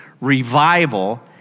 revival